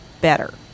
better